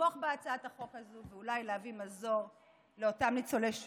לתמוך בהצעת החוק הזו ואולי להביא מזור לאותם ניצולי שואה,